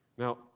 Now